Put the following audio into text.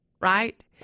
right